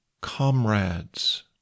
comrades